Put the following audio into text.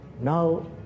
Now